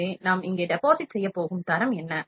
எனவே நாம் இங்கே டெபாசிட் செய்யப் போகும் தரம் என்ன